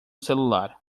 celular